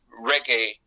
reggae